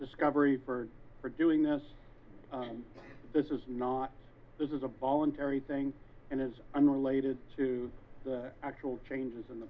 discovery for for doing this this is not this is a voluntary thing and is unrelated to the actual changes in